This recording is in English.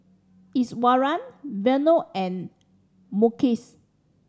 Iswaran Vanu and Mukesh